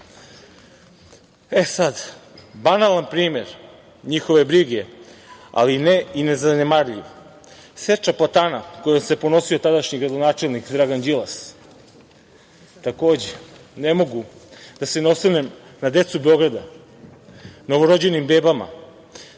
ekologiju. Banalan primer njihove brige, ali ne i nezanemarljiv, jeste seča platana kojom se ponosio tadašnji gradonačelnik Dragan Đilas. Takođe, ne mogu a da se ne osvrnem na decu Beograda, novorođenim bebama,